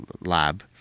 lab